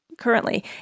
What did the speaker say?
currently